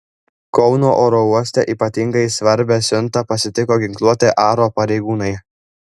kauno oro uoste ypatingai svarbią siuntą pasitiko ginkluoti aro pareigūnai